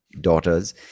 daughters